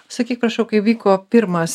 sakyk prašau kai vyko pirmas